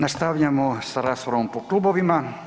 Nastavljamo sa raspravom po klubovima.